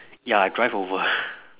ya I drive over